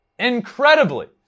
incredibly